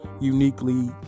uniquely